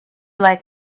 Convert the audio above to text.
like